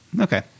Okay